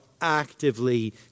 actively